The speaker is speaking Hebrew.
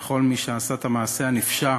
כל מי שעשה את המעשה הנפשע